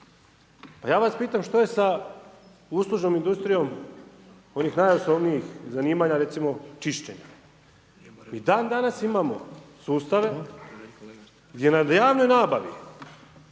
Pa ja vas pitam što je sa uslužnom industrijom onih najosnovnijih zanimanja, recimo čišćenja? I dana danas imamo sustave gdje na javnoj nabavi